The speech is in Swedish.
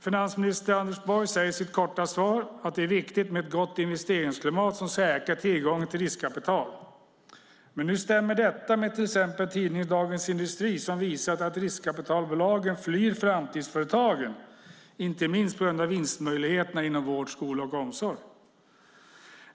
Finansminister Anders Borg säger i sitt korta svar att det är viktigt med ett gott investeringsklimat som säkrar tillgången till riskkapital. Men hur stämmer detta med till exempel det som står i tidningen Dagens Industri om att riskkapitalbolagen flyr framtidsföretagen, inte minst på grund av vinstmöjligheterna inom vård, skola och omsorg?